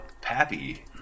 Pappy